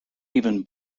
even